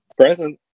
Present